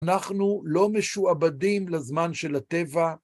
אנחנו לא משועבדים לזמן של הטבע.